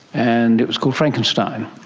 and it was called frankenstein.